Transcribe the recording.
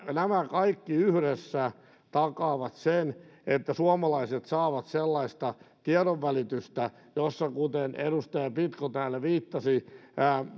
nämä kaikki yhdessä takaavat sen että suomalaiset saavat sellaista tiedonvälitystä jossa kuten edustaja pitko täällä viittasi